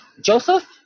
Joseph